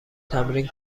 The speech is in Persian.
تمرین